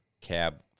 cab